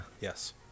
Yes